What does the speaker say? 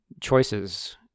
choices